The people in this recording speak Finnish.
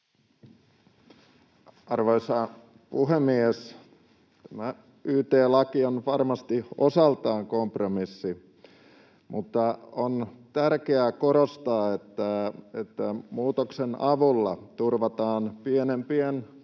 Arvoisa puhemies! Tämä yt-laki on varmasti osaltaan kompromissi, mutta on tärkeää korostaa, että muutoksen avulla turvataan pienempien